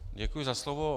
Děkuji za slovo.